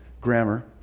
grammar